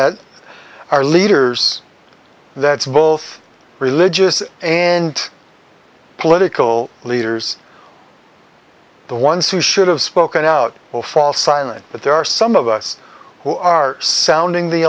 ned our leaders that's both religious and political leaders the ones who should have spoken out or fall silent but there are some of us who are sounding the